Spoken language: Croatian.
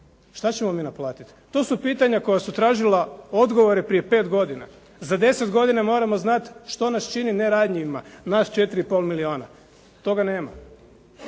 Što ćemo mi naplatit? To su pitanja koja su tražila odgovore prije pet godina. Za deset godina moramo znat što nas čini neranjivima, nas 4,5 milijuna. Toga nema.